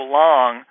long